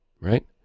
right